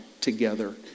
together